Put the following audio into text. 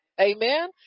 Amen